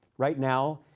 right now,